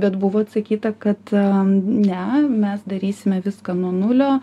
bet buvo atsakyta kad ne mes darysime viską nuo nulio